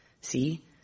See